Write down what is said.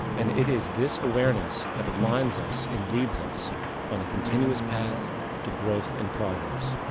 and it is this awareness that aligns us and leads us on a continuous path to growth and progress.